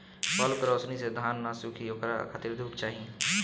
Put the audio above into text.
bulb के रौशनी से धान न सुखी ओकरा खातिर धूप चाही